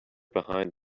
behind